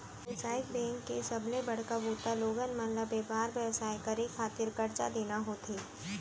बेवसायिक बेंक के सबले बड़का बूता लोगन मन ल बेपार बेवसाय करे खातिर करजा देना होथे